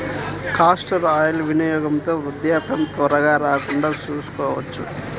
castor oil వినియోగంతో వృద్ధాప్యం త్వరగా రాకుండా చూసుకోవచ్చు